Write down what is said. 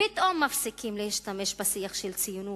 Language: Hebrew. פתאום מפסיקים להשתמש בשיח של ציונות,